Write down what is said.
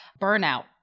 burnout